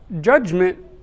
judgment